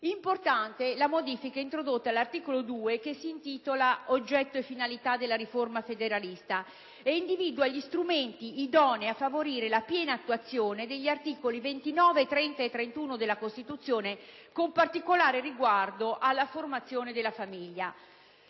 importante la modifica introdotta all'articolo 2, che si intitola «Oggetto e finalità» della riforma federalista e che individua gli strumenti idonei a favorire la piena attuazione degli articoli 29, 30, 31 della Costituzione, con particolare riguardo alla formazione della famiglia.